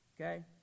Okay